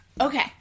Okay